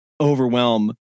overwhelm